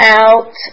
out